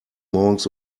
morgens